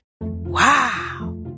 Wow